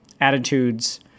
attitudes